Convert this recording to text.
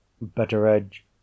betteredge